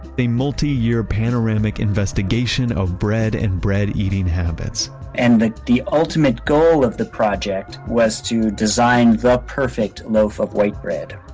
multi-year panoramic investigation of bread and bread eating habits and the the ultimate goal of the project was to design the perfect loaf of white bread.